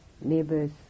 Neighbors